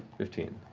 fifteen.